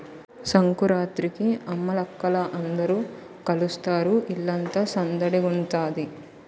సంకురాత్రికి అమ్మలక్కల అందరూ కలుస్తారు ఇల్లంతా సందడిగుంతాది